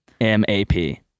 M-A-P